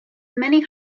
many